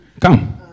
come